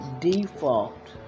default